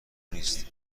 نیست